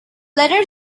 letter